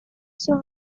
sus